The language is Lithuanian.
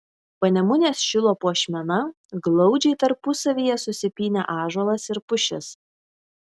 panemunės šilo puošmena glaudžiai tarpusavyje susipynę ąžuolas ir pušis